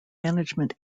management